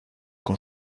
con